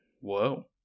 Whoa